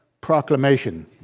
proclamation